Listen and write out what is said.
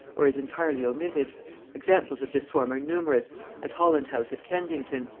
or is entirely omitted examples of this form are numerous as holland-house at kensington,